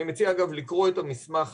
אני מציע אגב לקרוא את המסמך המלא,